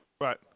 Right